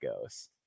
goes